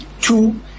Two